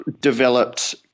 developed